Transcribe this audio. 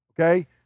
Okay